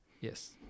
yes